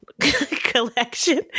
collection